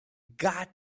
got